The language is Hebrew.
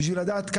בשביל לדעת,